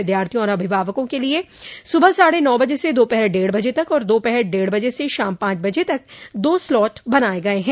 विद्यार्थियों और अभिभावकों के लिए सुबह साढ़े नौ बजे से दोपहर डेढ़ बजे तक और दोपहर डेढ बजे से शाम पांच बजे तक दो स्लॉट बनाए गए हैं